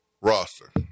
roster